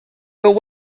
but